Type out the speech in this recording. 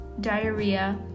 diarrhea